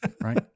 right